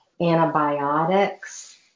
antibiotics